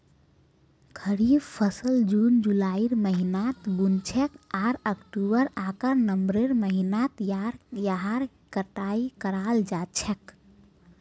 खरीफ फसल जून जुलाइर महीनात बु न छेक आर अक्टूबर आकर नवंबरेर महीनात यहार कटाई कराल जा छेक